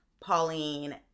Pauline